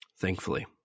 Thankfully